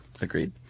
agreed